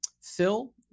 Phil